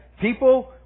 people